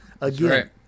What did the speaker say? Again